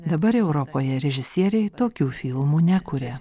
dabar europoje režisieriai tokių filmų nekuria